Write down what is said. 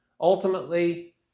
Ultimately